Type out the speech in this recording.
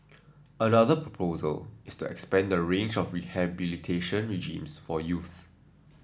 another proposal is to expand the range of rehabilitation regimes for youths